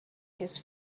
his